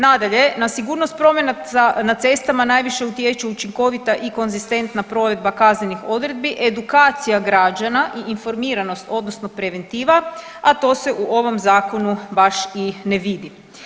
Nadalje, na sigurnost prometa na cestama najviše utječu učinkovita i konzistentna provedba kaznenih odredbi, edukacija građana i informiranost, odnosno preventiva, a to se u ovom zakonu baš i ne vidi.